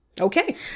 Okay